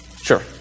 Sure